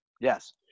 Yes